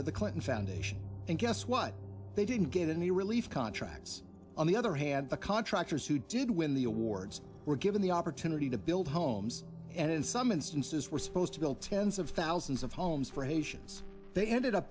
to the clinton foundation and guess what they didn't get any relief contracts on the other hand the contractors who did win the awards were given the opportunity to build homes and in some instances were supposed to build tens of thousands of homes for haitians they ended up